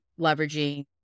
leveraging